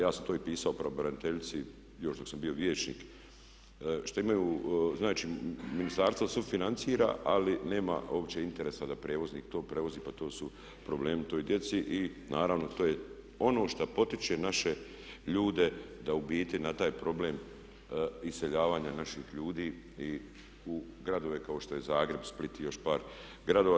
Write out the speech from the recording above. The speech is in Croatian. Ja sam to i pisao pravobraniteljici još dok sam bio vijećnik što imaju, znači ministarstvo sufinancira ali nema uopće interesa da prijevoznik to prevozi pa to su problemi toj djeci i naravno to je ono što potiče naše ljude da u biti na taj problem iseljavanja naših ljudi i u gradove kao što je Zagreb, Split i još par gradova.